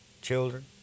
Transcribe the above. children